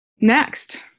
next